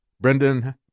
Brendan